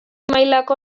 mailako